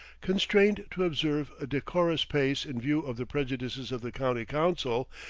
constrained to observe a decorous pace in view of the prejudices of the county council,